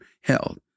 held